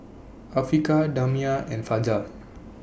Afiqah Damia and Fajar